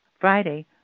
Friday